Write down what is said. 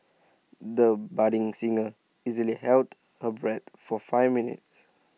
the budding singer easily held her breath for five minutes